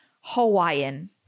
Hawaiian